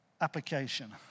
Application